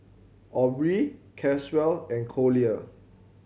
Aubree Caswell and Collier